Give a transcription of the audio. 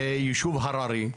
ישוב הררי,